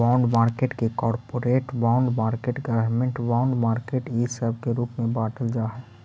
bond market के corporate bond market government bond market इ सब के रूप में बाटल जा हई